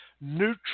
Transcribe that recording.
neutral